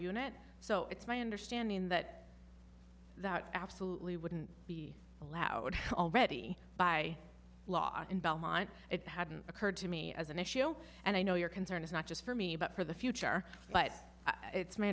unit so it's my understanding that that absolutely wouldn't be allowed already by law in belmont it hadn't occurred to me as an issue and i know your concern is not just for me but for the future but it's my